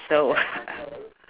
so